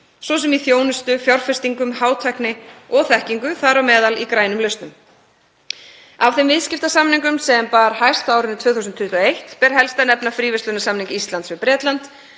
svo sem í þjónustu, fjárfestingum, hátækni og þekkingu, þar á meðal í grænum lausnum. Af þeim viðskiptasamningum sem bar hæst á árinu 2021 ber helst að nefna fríverslunarsamning Íslands við Bretland